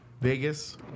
Vegas